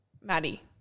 Maddie